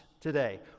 today